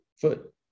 foot